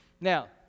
Now